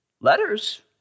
Letters